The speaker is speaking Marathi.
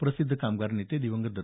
प्रसिद्ध कामगार नेते दिवंगत डॉ